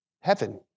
Heaven